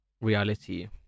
reality